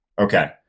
Okay